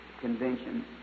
Convention